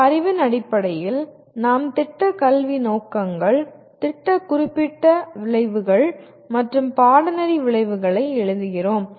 இந்த அறிவின் அடிப்படையில் நாம் திட்ட கல்வி நோக்கங்கள் திட்ட குறிப்பிட்ட விளைவுகள் மற்றும் பாடநெறி விளைவுகளை எழுதுகிறோம்